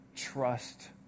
trust